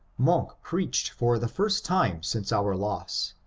mono preached for the first time since our loss,